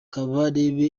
kabarebe